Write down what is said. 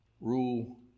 rule